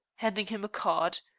handing him a card.